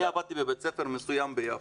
אני עבדתי בבית ספר מסוים ביפו.